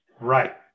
Right